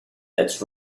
that